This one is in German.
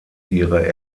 ihre